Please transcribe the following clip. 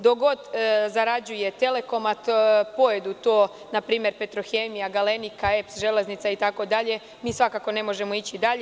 Dok god zarađuje Telekom, a pojedu to, na primer, „Petrohemija“, „Galenika“, EPS, „Železnica“ itd, mi svakako ne možemo ići dalje.